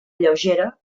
lleugera